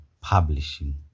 publishing